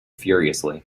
furiously